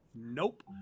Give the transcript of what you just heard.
nope